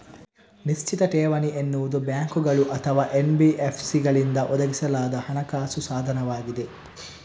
ನಿಶ್ಚಿತ ಠೇವಣಿ ಎನ್ನುವುದು ಬ್ಯಾಂಕುಗಳು ಅಥವಾ ಎನ್.ಬಿ.ಎಫ್.ಸಿಗಳಿಂದ ಒದಗಿಸಲಾದ ಹಣಕಾಸು ಸಾಧನವಾಗಿದೆ